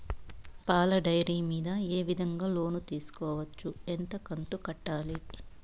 పాల డైరీ మీద ఏ విధంగా లోను తీసుకోవచ్చు? ఎంత కంతు కట్టాలి?